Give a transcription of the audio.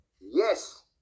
yes